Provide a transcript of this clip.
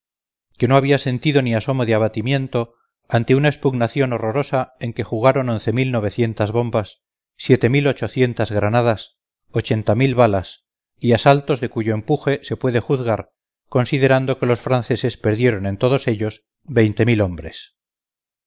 que no había sentido ni asomo de abatimiento ante una expugnación horrorosa en que jugaron once mil novecientas bombas siete mil ochocientas granadas ochenta mil balas y asaltos de cuyo empuje se puede juzgar considerando que los franceses perdieron en todos ellos veinte mil hombres